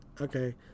Okay